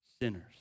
sinners